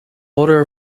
order